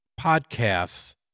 podcasts